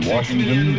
Washington